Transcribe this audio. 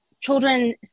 children